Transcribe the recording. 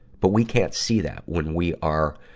but we can't see that when we are,